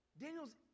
Daniel's